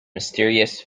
mysterious